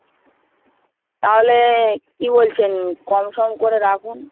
তাহলে কী বলছেন কম সম করে রাখুন